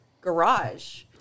garage